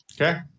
Okay